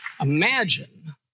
Imagine